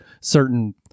certain